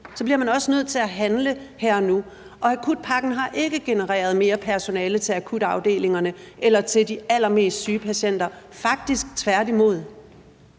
så bliver man nødt til at handle her og nu. Og akutpakken har ikke genereret mere personale til akutafdelingerne eller til de allermest syge patienter, faktisk tværtimod.